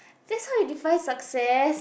that's how you define success